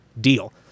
deal